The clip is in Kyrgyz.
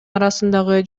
арасындагы